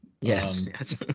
Yes